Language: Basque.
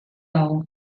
dago